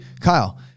kyle